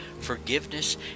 Forgiveness